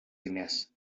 diners